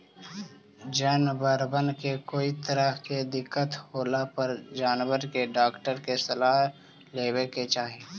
जनबरबन के कोई तरह के दिक्कत होला पर जानबर के डाक्टर के सलाह लेबे के चाहि